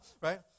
right